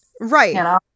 Right